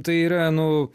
tai yra nu